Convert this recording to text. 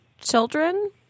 children